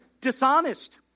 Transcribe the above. dishonest